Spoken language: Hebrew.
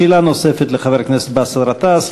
שאלה נוספת של חבר הכנסת באסל גטאס.